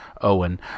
Owen